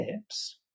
tips